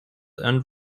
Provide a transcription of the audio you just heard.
and